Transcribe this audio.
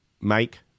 make